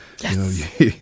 Yes